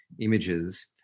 images